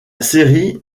série